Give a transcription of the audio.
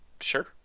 Sure